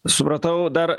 supratau dar